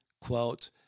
quote